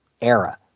era